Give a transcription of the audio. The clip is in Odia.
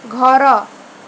ଘର